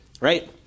right